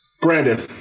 Brandon